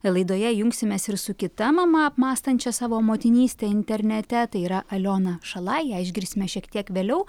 laidoje jungsimės ir su kita mama apmąstančią savo motinystę internete tai yra aliona šalai ją išgirsime šiek tiek vėliau